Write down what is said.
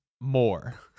more